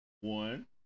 One